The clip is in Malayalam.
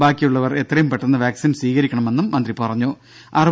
ബാക്കിയുള്ളവർ എത്രയും പെട്ടെന്ന് വാക്സിൻ സ്വീകരിക്കണമെന്നും മന്ത്രി പറഞ്ഞു